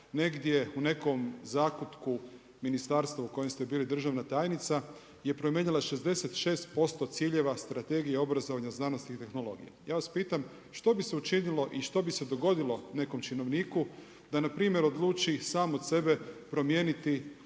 negdje u nekom zakutku Ministarstva u kojem ste bili državna tajnica je promijenila 66% ciljeva Strategije obrazovanja, znanosti i tehnologije. Ja vas pitam, što bi se učinilo i što bi se godilo nekom činovniku da npr. odluči sam od sebe promijeniti